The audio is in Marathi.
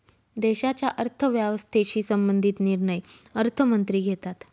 देशाच्या अर्थव्यवस्थेशी संबंधित निर्णय अर्थमंत्री घेतात